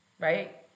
right